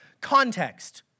context